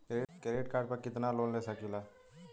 Credit card पर कितनालोन ले सकीला?